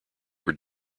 were